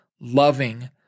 loving